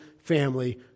family